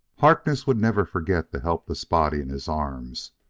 harkness would never forget the helpless body in his arms,